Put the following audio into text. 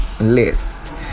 List